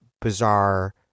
bizarre